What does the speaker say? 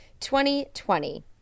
2020